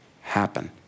happen